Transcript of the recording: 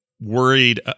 worried